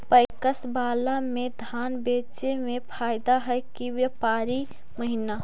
PACS बाला में धान बेचे मे फायदा है कि व्यापारी महिना?